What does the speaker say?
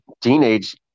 Teenage